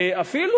ואפילו,